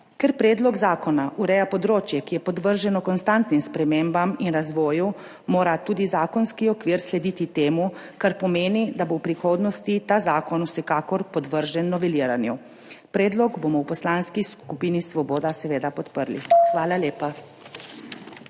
Ker predlog zakona ureja področje, ki je podvrženo konstantnim spremembam in razvoju, mora tudi zakonski okvir slediti temu, kar pomeni, da bo v prihodnosti ta zakon vsekakor podvržen noveliranju. Predlog bomo v Poslanski skupini Svoboda seveda podprli. Hvala lepa.